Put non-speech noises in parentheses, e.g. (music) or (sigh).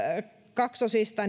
kaksosista (unintelligible)